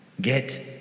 get